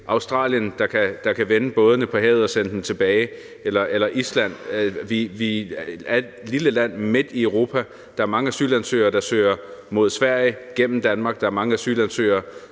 Australien, der kan vende bådene på havet og sende dem tilbage, eller Island. Vi er et lille land midt i Europa. Der er mange asylansøgere, der søger mod Sverige igennem Danmark; der er mange asylansøgere,